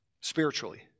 Spiritually